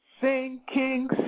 sinking